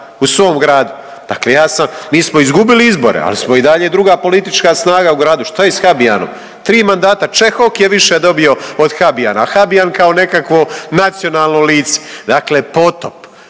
u svom gradu, dakle ja sam, mi smo izgubili izbore, ali smo i dalje druga politička snaga u gradu. Što je s Habijanom, tri mandata, Čehok je više dobio od Habijana, a Habijan kao nekakvo nacionalno lice, dakle potop.